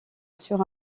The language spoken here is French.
sur